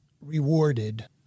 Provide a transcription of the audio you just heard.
rewarded